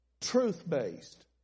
Truth-based